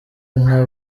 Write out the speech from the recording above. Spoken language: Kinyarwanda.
nka